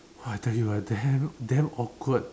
!wah! I tell you ah damn damn awkward